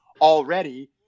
already